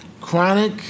chronic